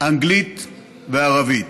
אנגלית וערבית.